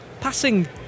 Passing